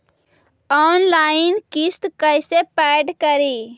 Online किस्त कैसे paid करि?